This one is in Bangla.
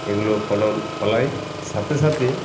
এগুলো ফলন ফলাই সাথে সাথে